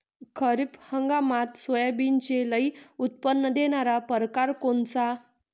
खरीप हंगामात सोयाबीनचे लई उत्पन्न देणारा परकार कोनचा?